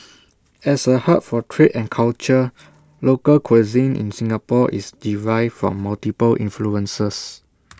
as A hub for trade and culture local cuisine in Singapore is derived from multiple influences